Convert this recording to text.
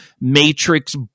Matrix